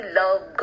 love